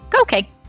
Okay